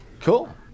Cool